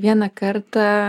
vieną kartą